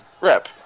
Rep